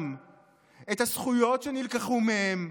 את רמיסת כבודם, את הזכויות שנלקחו מהם,